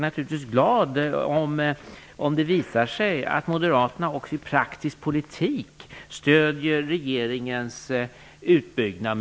Naturligtvis är jag glad om det visar sig att Moderaterna också i praktisk politik stöder regeringens utbyggnad.